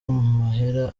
mahera